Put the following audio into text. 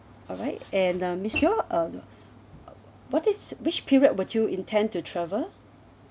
alright and uh miss teo uh uh what is which period would you intend to travel